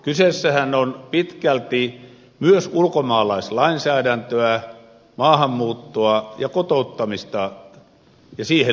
kyseessähän on pitkälti myös ulkomaalaislainsäädäntöön maahanmuuttoon ja kotouttamiseen liittyvä lainsäädäntö